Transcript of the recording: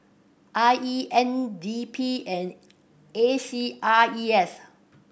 I E N D P and A C R E S